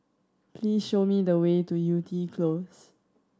please show me the way to Yew Tee Close